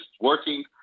working